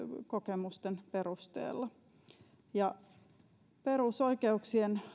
kokemusten perusteella perusoikeuksien